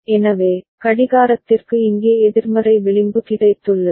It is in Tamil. எனவே கடிகாரத்திற்கு இங்கே எதிர்மறை விளிம்பு கிடைத்துள்ளது